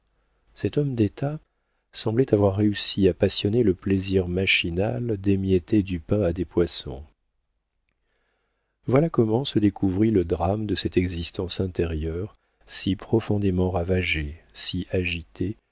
cet homme d'état semblait avoir réussi à passionner le plaisir machinal d'émietter du pain à des poissons voilà comment se découvrit le drame de cette existence intérieure si profondément ravagée si agitée